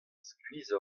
skuizh